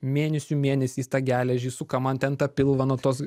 mėnesių mėnesiais tą geležį suka man ten tą pilvą nuo tos